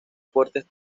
fuertes